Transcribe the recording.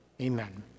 Amen